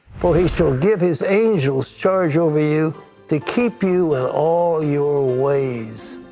for he shall give his angels charge over you to keep you in all your ways.